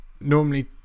Normally